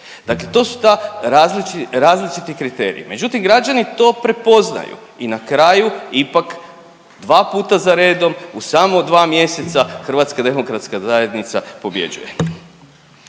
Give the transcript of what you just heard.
Dakle, to su ta različiti kriteriji, međutim građani to prepoznaju i na kraju ipak dva puta za redom u samo dva mjesaca HDZ pobjeđuje.